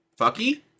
fucky